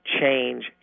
change